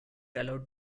allowed